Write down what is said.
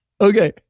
Okay